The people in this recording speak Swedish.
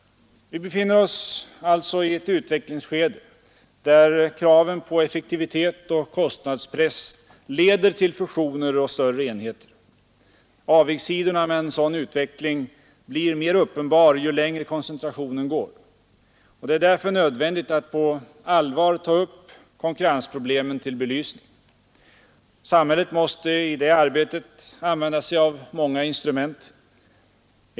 Vi befinner oss alltså i ett utvecklingsskede där kraven på effektivitet och kostnadspress leder till fusioner och större enheter. Avigsidorna med en sådan utveckling blir mer uppenbara ju längre koncentrationen går. Det är därför nödvändigt att på allvar ta upp konkurrensproblemen till belysning. Samhället måste i det arbetet använda sig av många instrument.